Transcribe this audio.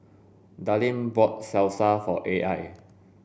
Darleen bought Salsa for Al